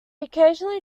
occasionally